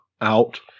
out